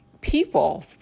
people